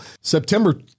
September